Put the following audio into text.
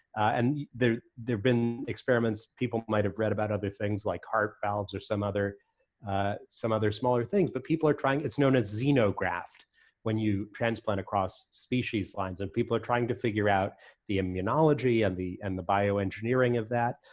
and there have been experiments, people might have read about other things like heart valves or some other some other smaller things, but people are trying. it's known as xenograft when you transplant across species lines. and people are trying to figure out the immunology and and the bioengineering of that.